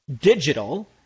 digital